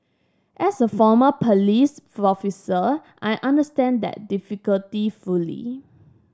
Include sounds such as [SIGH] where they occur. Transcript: as a former police [UNINTELLIGIBLE] officer I understand that difficulty fully